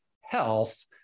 health